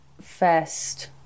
first